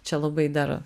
čia labai dar